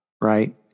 right